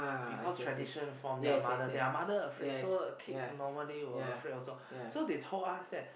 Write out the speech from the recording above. because tradition from their mother their mother afraid so kids normally will afraid also so they told us that